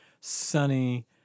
sunny